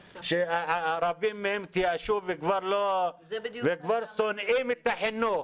שרבים מהם התייאשו וכבר שונאים את החינוך